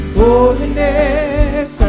holiness